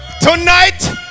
Tonight